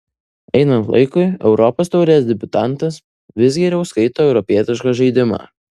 einant laikui europos taurės debiutantas vis geriau skaito europietišką žaidimą